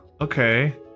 okay